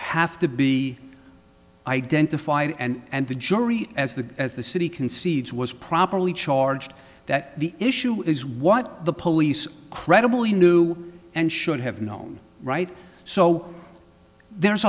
have to be identified and the jury as the as the city concedes was properly charged that the issue is what the police credible he knew and should have known right so there's